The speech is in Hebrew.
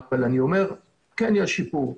אבל אני אומר שכן יש שיפור.